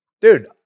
Dude